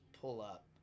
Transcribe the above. pull-up